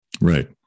Right